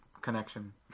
Connection